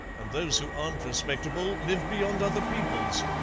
and those who aren't respectable live beyond other peoples.